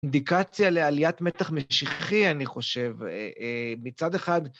אינדיקציה לעליית מתח משיחי, אני חושב. מצד אחד...